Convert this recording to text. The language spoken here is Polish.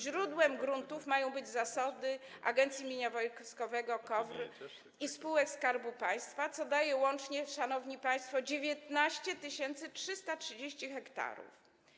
Źródłem gruntów mają być zasoby Agencji Mienia Wojskowego, KOWR i spółek Skarbu Państwa, co daje łącznie, szanowni państwo, 19 330 ha.